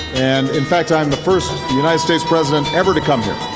and in fact i'm the first united states president ever to come here.